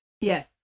Yes